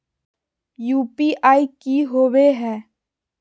UPI की होवे हय?